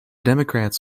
democrats